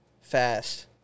Fast